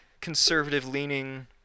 conservative-leaning